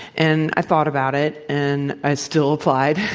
and i thought about it, and i still applied.